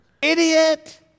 Idiot